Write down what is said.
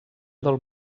del